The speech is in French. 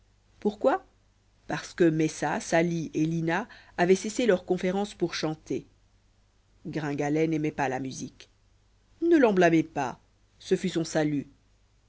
pourquoi parce que messa sali et lina avaient cessé leur conférence pour chanter gringalet n'aimait pas la musique ne l'en blâmez pas ce fut son salut